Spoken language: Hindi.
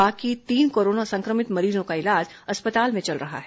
बाकी तीन कोरोना संक्रमित मरीजों का इलाज अस्पताल में चल रहा है